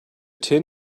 tin